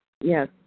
Yes